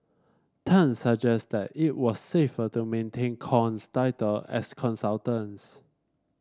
Tan suggested that it was safer to maintain Kong's title as consultants